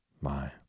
My